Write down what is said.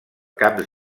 camps